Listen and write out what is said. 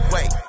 Wait